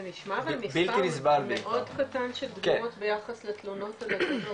אבל זה נשמע מספר מאוד קטן של דגימות ביחס לתלונות על הטרדות,